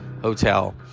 hotel